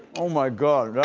oh my god,